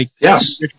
Yes